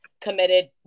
committed